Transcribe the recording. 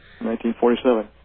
1947